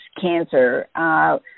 cancer